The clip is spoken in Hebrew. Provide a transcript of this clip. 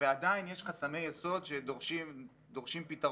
ועדיין יש חסמי יסוד שדורשים פתרון,